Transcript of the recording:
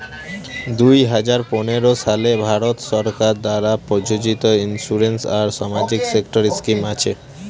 দুই হাজার পনেরো সালে ভারত সরকার দ্বারা প্রযোজিত ইন্সুরেন্স আর সামাজিক সেক্টর স্কিম আছে